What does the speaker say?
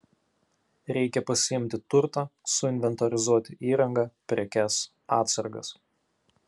reikia pasiimti turtą suinventorizuoti įrangą prekes atsargas